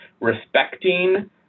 respecting